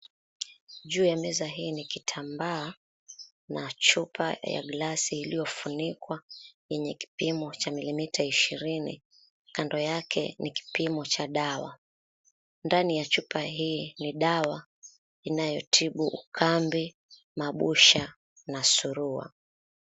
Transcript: Juu ya meza hii ni kitambaa na chupa ya glasi iliyofunikwa yenye kipimo cha milimita ishirini. Kando yake ni kipimo cha dawa. Ndani ya chupa hii ni dawa inayo tibu ukambi, mabusha, na surua.